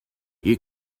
you